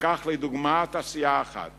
אקח לדוגמה תעשייה אחת